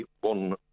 one